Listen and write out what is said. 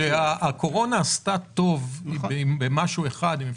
הקורונה עשתה טוב במשהו אחד, וזה